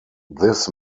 this